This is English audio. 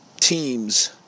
teams